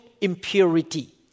impurity